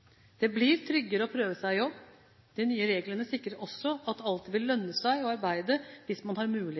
Det blir tryggere å prøve seg i jobb. De nye reglene sikrer også at det alltid vil lønne seg å arbeide hvis man har